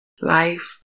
Life